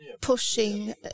pushing